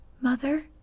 Mother